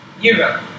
Europe